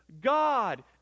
God